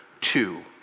two